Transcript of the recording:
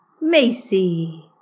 Macy